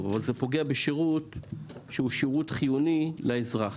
אבל זה פוגע בשירות שהוא שירות חיוני לאזרח.